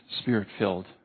spirit-filled